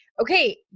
okay